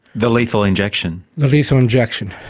the lethal injection? the lethal injection,